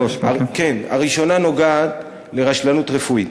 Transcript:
הראשונה נוגעת לרשלנות רפואית,